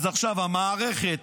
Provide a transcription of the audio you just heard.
המערכת,